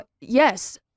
yes